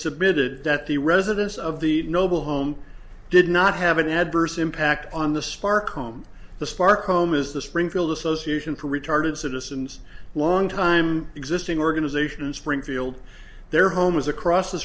submitted that the residence of the noble home did not have an adverse impact on the sparc home the spark home is the springfield association for retarded citizens long time existing organizations springfield their home was across the